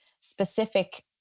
specific